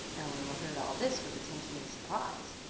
elinor heard all this with attention and surprise.